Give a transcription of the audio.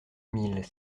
mille